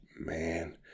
man